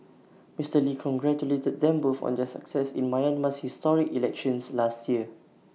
Mister lee congratulated them both on their success in Myanmar's historic elections last year